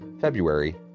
February